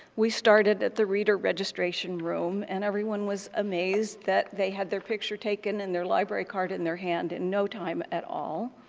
we started at the reader registration room and everyone was amazed that they had their picture taken and their library card in their hand in no time at all.